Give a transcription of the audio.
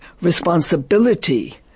responsibility